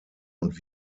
und